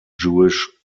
jewish